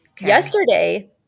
Yesterday